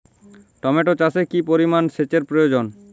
Tomato চাষে কি পরিমান সেচের প্রয়োজন?